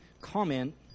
comment